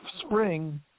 spring